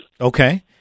Okay